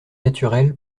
naturel